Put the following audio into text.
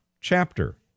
chapter